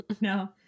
no